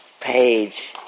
page